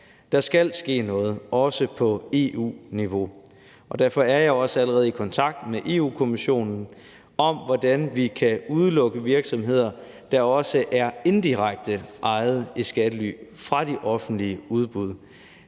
Der skal ske noget, også på EU-niveau. Derfor er jeg også allerede i kontakt med Europa-Kommissionen om, hvordan vi kan udelukke virksomheder, der også er indirekte ejet i skattely, fra de offentlige udbud.